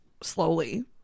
slowly